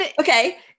okay